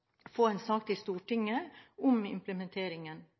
få en sak til Stortinget om implementeringen.